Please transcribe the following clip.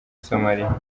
somaliya